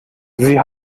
sie